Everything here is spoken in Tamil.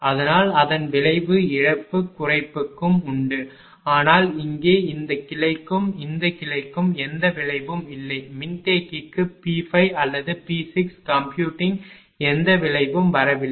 அதனால் அதன் விளைவு இழப்பு குறைப்புக்கும் உண்டு ஆனால் இங்கே இந்த கிளைக்கும் இந்த கிளைக்கும் எந்த விளைவும் இல்லை மின்தேக்கிக்கு P5 அல்லது P6 கம்ப்யூட்டிங் எந்த விளைவும் வரவில்லை